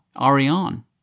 Ariane